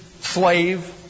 slave